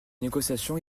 négociation